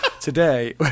today